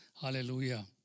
hallelujah